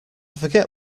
forget